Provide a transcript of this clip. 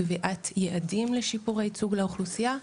קביעת יעדים לשיפור הייצוג לאוכלוסייה,